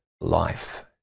life